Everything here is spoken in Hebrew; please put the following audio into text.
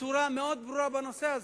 בצורה מאוד ברורה בנושא הזה.